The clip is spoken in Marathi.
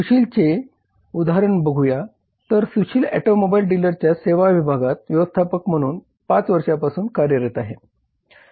सुशीलचेच उदाहरण बघूया तर सुशील ऑटोमोबाईल डीलरच्या सेवा विभागात व्यवस्थापक म्हणून 5 वर्षांपासून कार्यरत आहे